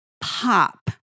pop